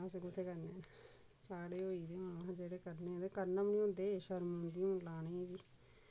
असें कुत्थै करने न साढ़े होई गेदे हून न जेह्ड़े करने ते करने बी नेईं होंदे हून ते शर्म औंदी हून लाने ई बी